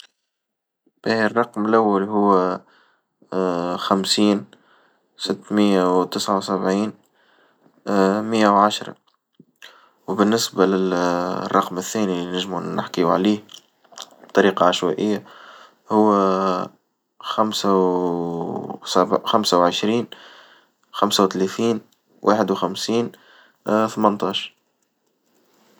الرقم الأول هو خمسين ستمية وتسعة وسبعين مية وعشرة، وبالنسبة للرقم الثاني اللي نجمو نحكيو عليه بطريقة عشوائية هو خمسة وسب- خمسة وعشرين خمسة وتلاتين واحد وخمسين تمنتاش.